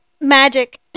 magic